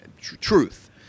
truth